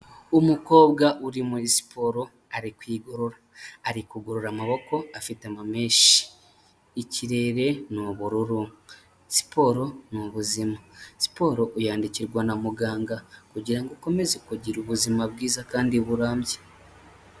Umukobwa uri muri siporo ari kwigorora, ari kugorora amaboko afite amamenshi, ikirere ni ubururu, siporo ni ubuzima, siporo uyandikirwa na muganga kugira ngo ukomeze kugira ubuzima bwiza kandi burambye.